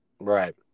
Right